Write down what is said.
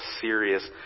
serious